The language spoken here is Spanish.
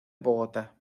bogotá